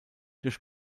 durch